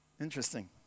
Interesting